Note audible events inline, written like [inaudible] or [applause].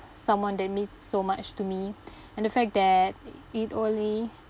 someone that means so much to me [breath] and the fact that it it only